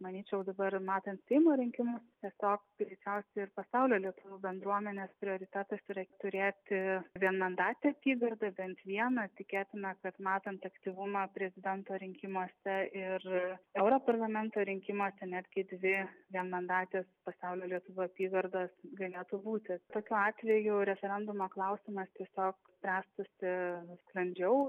manyčiau dabar matant seimo rinkimus tiesiog greičiausiai ir pasaulio lietuvių bendruomenės prioritetas yra turėti vienmandatę apygardą bent vieną tikėtina kad matant aktyvumą prezidento rinkimuose ir europarlamento rinkimuose netgi dvi vienmandatės pasaulio lietuvių apygardos galėtų būti tokiu atveju referendumo klausimas tiesiog spręstųsi sklandžiau